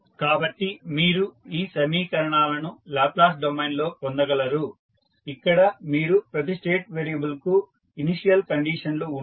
కాబట్టి మీరు ఈ సమీకరణాలను లాప్లేస్ డొమైన్లో పొందగలరు ఇక్కడ మీకు ప్రతి స్టేట్ వేరియబుల్కు ఇనీషియల్ కండిషన్లు ఉంటాయి